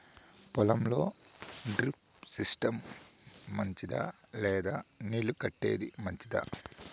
పొలం లో drip system మంచిదా లేదా నీళ్లు కట్టేది మంచిదా?